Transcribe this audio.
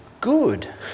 good